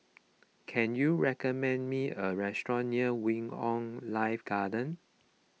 can you recommend me a restaurant near Wing on Life Garden